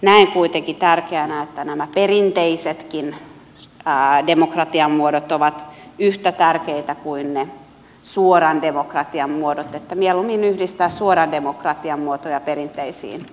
näen kuitenkin tärkeänä että nämä perinteisetkin demokratian muodot ovat yhtä tärkeitä kuin ne suoran demokratian muodot että mieluummin yhdistetään suoran demokratian muotoja perinteisiin muotoihin